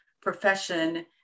profession